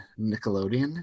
Nickelodeon